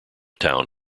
town